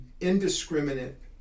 indiscriminate